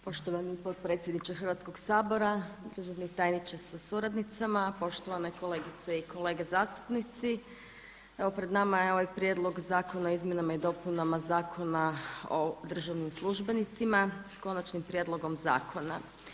Poštovani potpredsjedniče Hrvatskog sabora, državni tajniče sa suradnicama, poštovane kolegice i kolege zastupnici evo pred nama je ovaj Prijedlog zakona o izmjenama i dopunama Zakona o državnim službenicima s konačnim prijedlogom zakona.